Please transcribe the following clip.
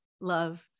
Love